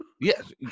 Yes